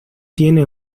tiene